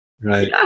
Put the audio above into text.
right